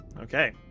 Okay